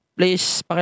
Please